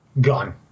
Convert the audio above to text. Gone